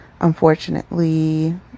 unfortunately